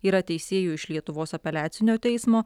yra teisėjų iš lietuvos apeliacinio teismo